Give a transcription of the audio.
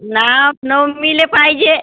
रामनवमीला पाहिजे